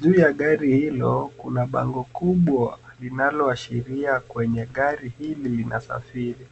Juu ya gari hilo kuna bango kubwa linaloashiria kwenye gari hili linasafiri.